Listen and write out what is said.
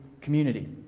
community